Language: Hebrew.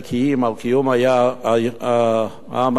על קיום העם היהודי,